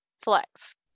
Flex